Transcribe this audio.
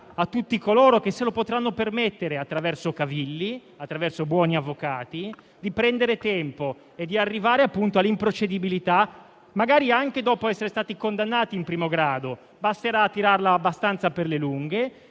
a tutti coloro che se lo potranno permettere attraverso cavilli e buoni avvocati di prendere tempo e di arrivare all'improcedibilità, magari anche dopo essere stati condannati in primo grado. Basterà tirarla abbastanza per le lunghe